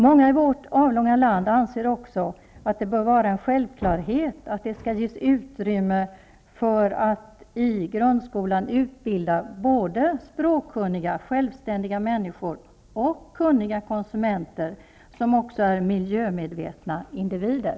Många i vårt avlånga land anser också att det bör vara en självklarhet att det skall ges utrymme för att i grundskolan utbilda både språkkunniga, självständiga människor och kunniga konsumenter, som också är miljömedvetna individer.